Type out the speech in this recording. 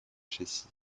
chécy